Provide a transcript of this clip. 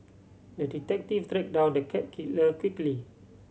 the detective down the cat killer quickly